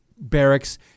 barracks